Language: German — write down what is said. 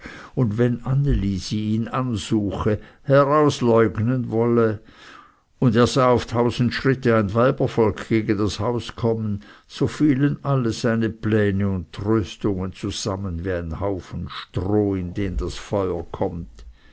und wenn anne lisi ihn ansuche herausleugnen wolle und er sah auf tausend schritte ein weibervolk gegen das haus kommen so fielen alle seine pläne und tröstungen zusammen wie ein haufen stroh in den das feuer kömmt